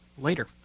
Later